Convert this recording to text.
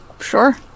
Sure